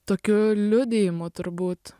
tokiu liudijimu turbūt